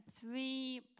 three